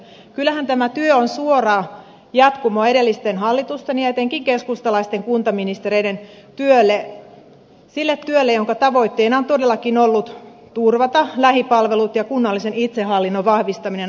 kyllähän tämä työ on suora jatkumo edellisten hallitusten ja etenkin keskustalaisten kuntaministereiden työlle sille työlle jonka tavoitteena on todellakin ollut turvata lähipalvelut ja kunnallisen itsehallinnon vahvistaminen